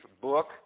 book